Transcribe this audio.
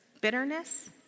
bitterness